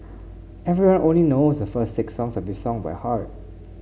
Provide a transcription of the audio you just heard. everyone only knows a first six sounds of this song by heart